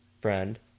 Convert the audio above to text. friend